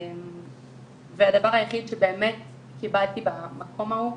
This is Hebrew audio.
הדבר היחיד שבאמת קיבלתי במקום ההוא,